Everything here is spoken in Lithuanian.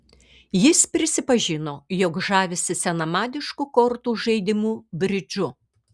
jis prisipažino jog žavisi senamadišku kortų žaidimu bridžu